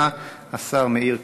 ישיב בשם שר הכלכלה השר מאיר כהן.